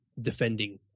defending